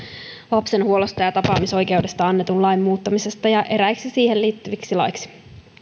lapsen huollosta ja tapaamisoikeudesta annetun lain muuttamisesta ja eräiksi siihen liittyviksi laeiksi